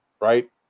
right